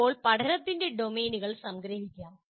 ഇപ്പോൾ പഠനത്തിന്റെ ഡൊമെയ്നുകൾ സംഗ്രഹിക്കാം